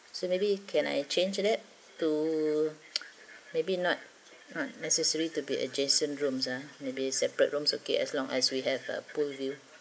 so maybe can I change that to maybe not not necessary to be adjacent rooms ah maybe separate rooms okay as long as we have a pool view